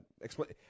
explain